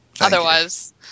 Otherwise